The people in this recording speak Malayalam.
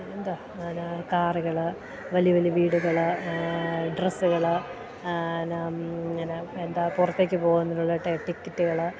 എന്താണ് പിന്നെ കാറുകള് വലിയ വലിയ വീടുകള് ഡ്രസ്സുകള് ഇങ്ങനെ എന്താണ് പുറത്തേക്ക് പോകുന്നതിനുള്ള ടിക്കറ്റുകള്